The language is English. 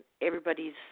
everybody's